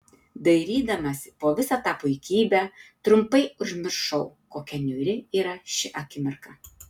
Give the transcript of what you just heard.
dairydamasi po visą tą puikybę trumpai užmiršau kokia niūri yra ši akimirka